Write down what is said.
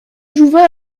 jouvin